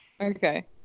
Okay